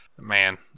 man